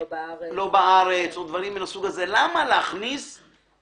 לא נעשתה עבודה יסודית ורצינית -- אי אפשר להגיד אחרי ארבע שנים.